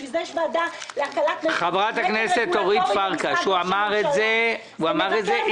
בשביל יש ועדה להטלת --- רגולטורית --- הוא מבקר המדינה,